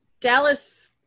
dallas